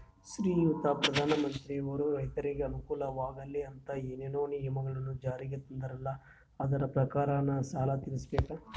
ಶ್ರೀಯುತ ಪ್ರಧಾನಮಂತ್ರಿಯವರು ರೈತರಿಗೆ ಅನುಕೂಲವಾಗಲಿ ಅಂತ ಏನೇನು ನಿಯಮಗಳನ್ನು ಜಾರಿಗೆ ತಂದಾರಲ್ಲ ಅದರ ಪ್ರಕಾರನ ಸಾಲ ತೀರಿಸಬೇಕಾ?